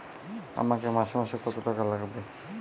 আমাকে মাসে মাসে কত টাকা লাগবে?